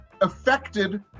affected